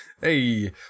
Hey